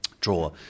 draw